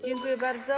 Dziękuję bardzo.